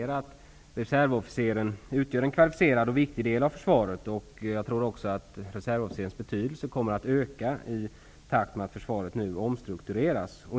Reservofficeren utgör en kvalificerad och viktig del av försvaret, och jag tror också att reservofficerens betydelse kommer att öka i takt med att försvaret nu omstruktureras.